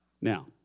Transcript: Now